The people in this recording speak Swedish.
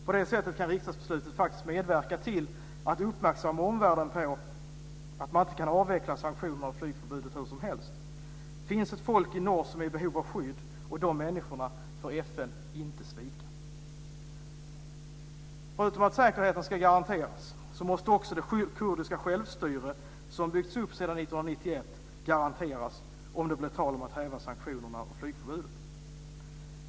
På det sättet kan riksdagsbeslutet faktiskt medverka till att uppmärksamma omvärlden på att man inte kan avveckla sanktionen och flygförbudet hur som helst. Det finns ett folk i norr som är i behov av skydd, och detta folk får FN inte svika. Förutom att säkerheten ska garanteras måste också det kurdiska självstyret, som byggts upp sedan 1991, garanteras om det blir tal om att häva sanktionerna och flygförbudet.